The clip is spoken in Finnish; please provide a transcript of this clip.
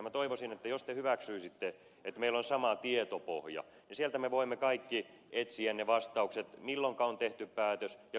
minä toivoisin että jos te hyväksyisitte että meillä on sama tietopohja niin sieltä me voimme kaikki etsiä ne vastaukset milloinka on tehty päätös ja kuinka paljon